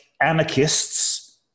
anarchists